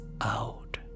out